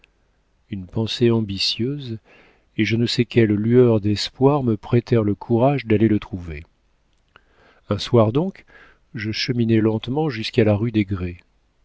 une pensée ambitieuse et je ne sais quelle lueur d'espoir me prêtèrent le courage d'aller le trouver un soir donc je cheminai lentement jusqu'à la rue des